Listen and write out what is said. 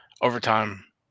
overtime